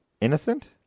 innocent